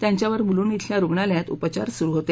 त्यांच्यावर मुलुंड इथल्या रुग्णालयात उपचार सुरु होते